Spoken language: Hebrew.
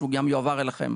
שהוא גם יועבר אליכם,